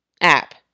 app